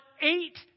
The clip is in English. eight